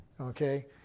Okay